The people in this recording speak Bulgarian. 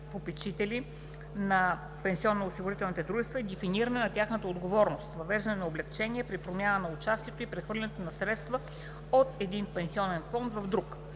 банките-попечители на пенсионно-осигурителните дружества и дефиниране на тяхната отговорност, въвеждане на облекчения при промяна на участието и прехвърляне на средства от един пенсионен фонд към друг,